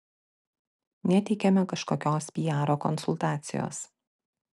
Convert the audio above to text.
neteikiame kažkokios piaro konsultacijos